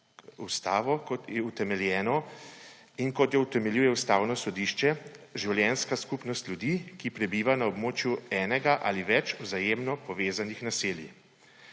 Ustavo, kot je utemeljeno in kot jo utemeljuje Ustavno sodišče, življenjska skupnost ljudi, ki prebivajo na območju enega ali več vzajemno povezanih naselij.